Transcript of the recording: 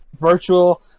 virtual